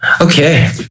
Okay